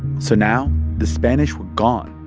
so now the spanish were gone,